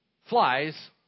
Flies